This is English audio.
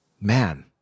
man